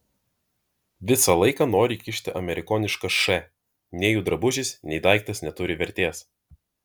visą laiką nori įkišti amerikonišką š nei jų drabužis nei daiktas neturi vertės